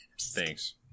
thanks